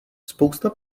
spousta